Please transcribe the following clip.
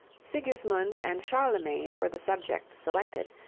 sigismund and charlemagne were the subjects selected,